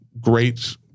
great